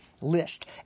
list